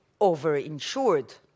overinsured